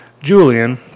Julian